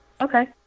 Okay